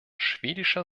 schwedischer